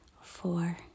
four